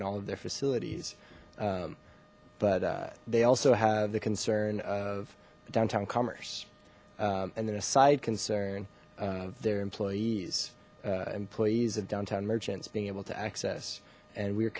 and all of their facilities but they also have the concern of downtown commerce and then a side concern of their employees employees of downtown merchants being able to access and we're